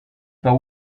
pas